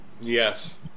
Yes